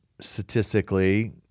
statistically